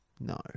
no